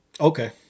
Okay